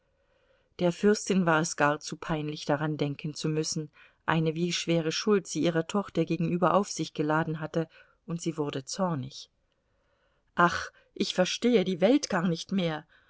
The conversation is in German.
der fürstin war es gar zu peinlich daran denken zu müssen eine wie schwere schuld sie ihrer tochter gegenüber auf sich geladen hatte und sie wurde zornig ach ich verstehe die welt gar nicht mehr